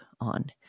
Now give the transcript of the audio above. on